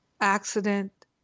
accident